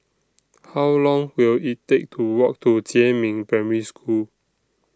How Long Will IT Take to Walk to Jiemin Primary School